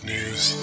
News